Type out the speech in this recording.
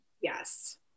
yes